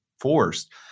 forced